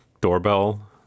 doorbell